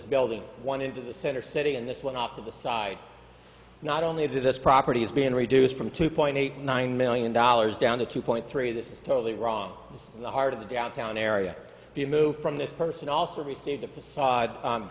this building one into the center city and this one off to the side not only into this property has been reduced from two point eight nine million dollars down to two point three this is totally wrong and in the heart of the downtown area if you move from this person also received a facade